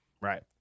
Right